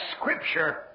scripture